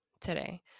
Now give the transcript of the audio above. today